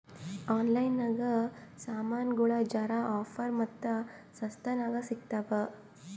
online ನಾಗ್ ಸಾಮಾನ್ಗೊಳ್ ಜರಾ ಆಫರ್ ಮತ್ತ ಸಸ್ತಾ ನಾಗ್ ಸಿಗ್ತಾವ್